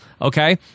okay